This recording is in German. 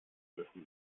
dürfen